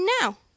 now